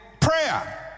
prayer